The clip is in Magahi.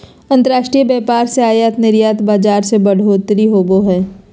अंतर्राष्ट्रीय व्यापार से आयात निर्यात बाजार मे बढ़ोतरी होवो हय